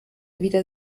wieder